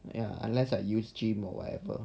ya unless I use gym or whatever